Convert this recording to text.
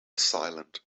silent